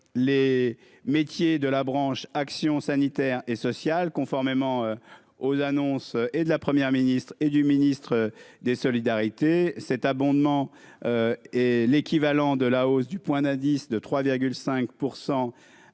les métiers de la branche action sanitaire et sociale, conformément aux annonces et de la Première ministre et du ministre des solidarités cet abondement et l'équivalent de la hausse du. Point d'Addis de 3 5